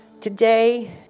Today